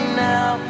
now